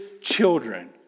children